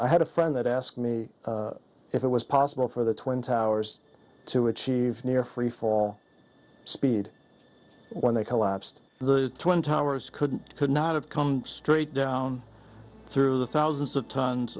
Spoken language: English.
i had a friend that asked me if it was possible for the twin towers to achieve near free fall speed when they collapsed the twin towers couldn't could not of come straight down through the thousands of tons